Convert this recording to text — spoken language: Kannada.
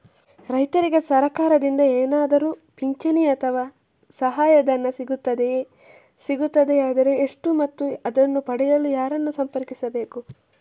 ರೈತರಿಗೆ ಸರಕಾರದಿಂದ ಏನಾದರೂ ಪಿಂಚಣಿ ಅಥವಾ ಸಹಾಯಧನ ಸಿಗುತ್ತದೆಯೇ, ಸಿಗುತ್ತದೆಯಾದರೆ ಎಷ್ಟು ಮತ್ತು ಅದನ್ನು ಪಡೆಯಲು ಯಾರನ್ನು ಸಂಪರ್ಕಿಸಬೇಕು?